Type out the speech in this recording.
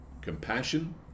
compassion